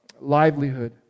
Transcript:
livelihood